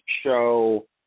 show